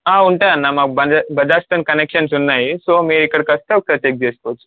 ఉంటాయి అన్న మాకు బజా బజాజ్తో కనెక్షన్స్ ఉన్నాయి సో మీరు ఇక్కడికి వస్తే ఒకసారి చెక్ చేసుకోవచ్చు